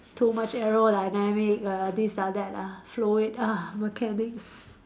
too much aerodynamic ah this ah that ah fluid ah mechanics